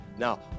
Now